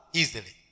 easily